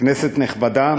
כנסת נכבדה,